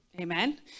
Amen